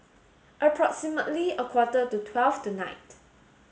approximately a quarter to twelve tonight